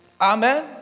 Amen